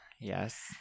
Yes